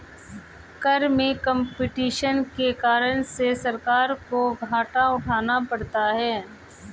कर में कम्पटीशन के कारण से सरकार को घाटा उठाना पड़ता है